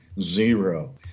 Zero